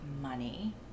money